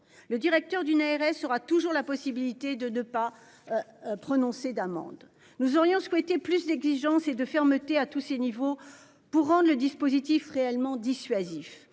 le directeur d'une ARS sera toujours la possibilité de ne pas. Prononcer d'amende. Nous aurions souhaité plus d'exigence et de fermeté à tous ces niveaux pour rendre le dispositif réellement dissuasif.